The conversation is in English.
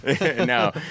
No